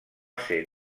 ser